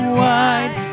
wide